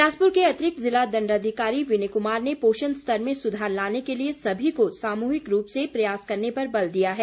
बिलासपुर के अतिरिक्त ज़िला दण्डाधिकारी विनय कुमार ने पोषण स्तर में सुधार लाने के लिए सभी को सामुहिक रूप से प्रयास करने पर बल दिया है